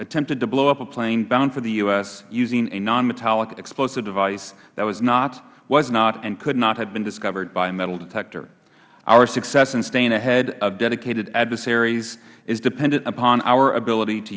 attempted to blow up a plane bound for the u s using a nonmetallic explosive device that was not and could not have been discovered by a metal detector our success in staying ahead of dedicated adversaries is dependent upon our ability to